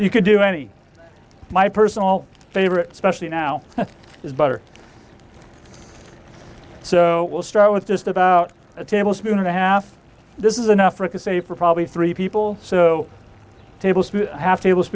you can do any my personal favorite specially now is butter so we'll start with just about a tablespoon and a half this is an african say for probably three people so tables have tables